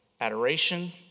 adoration